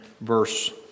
verse